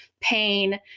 pain